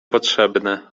potrzebne